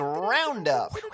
roundup